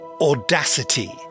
Audacity